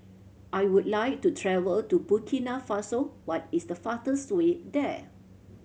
I would like to travel to Burkina Faso what is the fastest way there